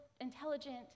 intelligent